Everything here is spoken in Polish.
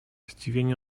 zdziwienie